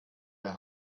der